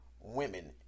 women